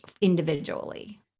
individually